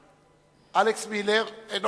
אלכס מילר, בבקשה.